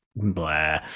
Blah